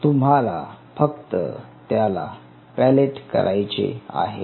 तुम्हाला फक्त त्याला पॅलेट करायचे आहे